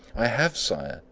i have, sire,